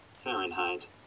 Fahrenheit